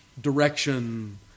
direction